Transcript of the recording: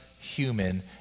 human